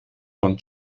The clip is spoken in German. von